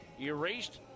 erased